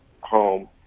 home